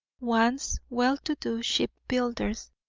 once well-to-do ship-builders,